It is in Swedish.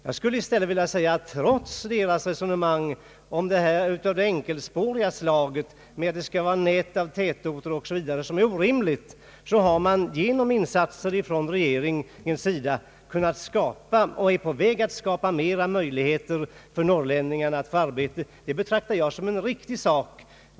Jag skulle i stället vilja säga att trots centerns resonemang av det enkelspå . riga slaget, att det skall vara ett nät av tätorter osv., vilket är orimligt, har man genom insatser från regeringens sida kunnat skapa och är på väg att skapa bättre möjligheter för norrlänningarna att få arbete. Det betraktar jag som en riktig sak.